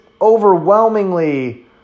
overwhelmingly